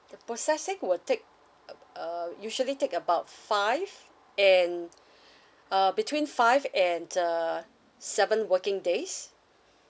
the processing will take uh uh usually take about five and uh between five and uh seven working days